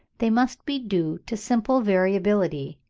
they must be due to simple variability,